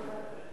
אני